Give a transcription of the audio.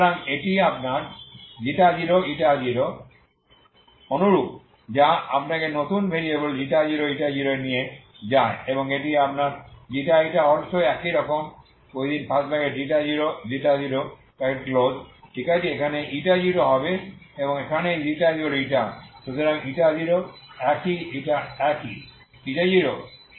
সুতরাং এটি আপনার 0 00 অনুরূপ যা আপনাকে নতুন ভেরিয়েবল 0 0 এ নিয়ে যায় এবং এটি আপনার η also একই রকম 00 ঠিক আছে এখানে এটি 0হবে এবং এখানে এই ξη সুতরাং 0 একই 0